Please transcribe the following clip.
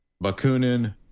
Bakunin